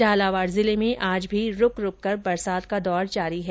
झालावाड जिले में आज भी रूक रूककर बरसात का दौर जारी है